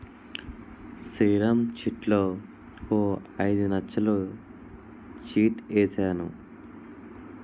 శ్రీరామ్ చిట్లో ఓ ఐదు నచ్చలు చిట్ ఏసాను